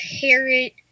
parrot